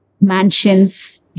mansions